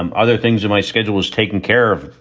um other things in my schedule is taken care of.